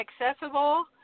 accessible